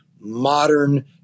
modern